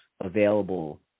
available